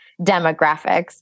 demographics